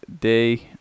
day